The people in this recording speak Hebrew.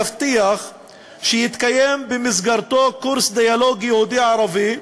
יבטיח שיתקיים במסגרתו קורס דיאלוג יהודי-ערבי,